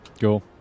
Cool